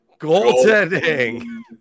Goaltending